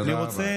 תודה רבה.